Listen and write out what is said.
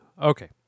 Okay